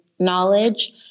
Knowledge